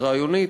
הרעיונית,